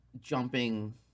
jumping